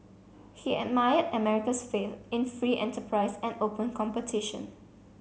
he admired America's faith in free enterprise and open competition